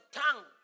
tongue